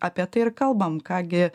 apie tai ir kalbam ką gi